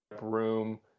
room